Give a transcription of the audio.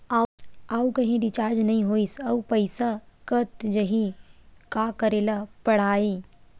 आऊ कहीं रिचार्ज नई होइस आऊ पईसा कत जहीं का करेला पढाही?